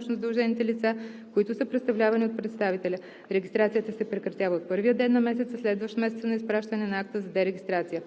данъчно задължените лица, които са представлявани от представителя. Регистрацията се прекратява от първият ден на месеца, следващ месеца на изпращане на акта за дерегистрация.